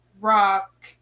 rock